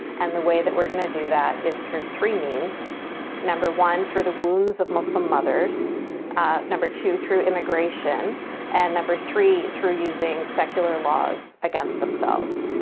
and the way that we're gonna do that is through three means number one, through the wombs of muslim mothers number two, through immigration and number three, through using secular laws against themselves.